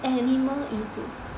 animal 椅子